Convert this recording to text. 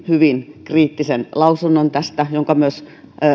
hyvin hyvin kriittisen lausunnon jonka myös